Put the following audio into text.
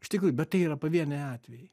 iš tikrųjų bet tai yra pavieniai atvejai